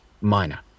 minor